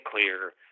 clear